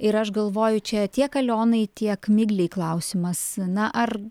ir aš galvoju čia tiek alionai tiek miglei klausimas na ar